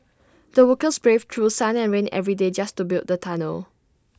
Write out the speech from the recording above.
the workers braved through sun and rain every day just to build the tunnel